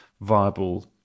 viable